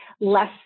less